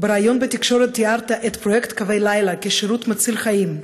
בריאיון בתקשורת תיארת את פרויקט קווי הלילה כשירות מציל חיים.